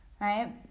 right